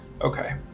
Okay